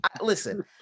Listen